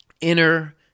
inner